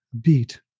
beat